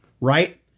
Right